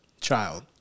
child